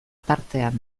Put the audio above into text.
tartean